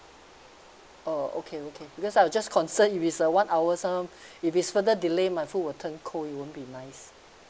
oh okay okay because I was just concern if it's a one hour some if it's further delay my food will turn cold it won't be nice